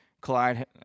Clyde